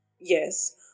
Yes